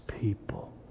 people